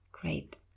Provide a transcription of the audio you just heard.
Great